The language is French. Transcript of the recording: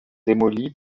démolie